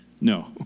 No